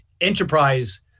enterprise